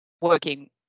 working